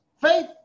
faith